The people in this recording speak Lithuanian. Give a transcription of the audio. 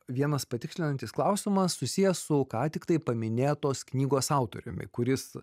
vienas patikslinantis klausimas susijęs su ką tik tai paminėtos knygos autoriumi kuris